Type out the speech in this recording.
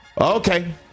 Okay